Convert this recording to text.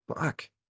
fuck